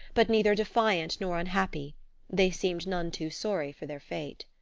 but neither defiant nor unhappy they seemed none too sorry for their fate.